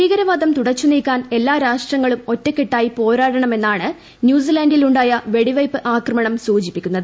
ഭീകരവാദം തുടച്ചുനീക്കാൻ എല്ലാ രാഷ്ട്രങ്ങളും ഒറ്റക്കെട്ടായി പോരാടണമെന്നാണ് ന്യൂസിലന്റിലുണ്ടാ വെടിവെയ്പ് ആക്രമണം സൂചിപ്പിക്കുന്നത്